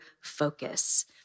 focus